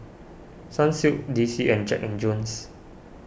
Sunsilk D C and Jack and Jones